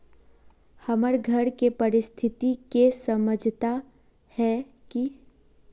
हमर घर के परिस्थिति के समझता है की?